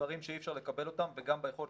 דברים שאי אפשר לקבל אותם וגם ביכולת